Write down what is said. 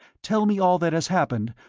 tell me all that has happened,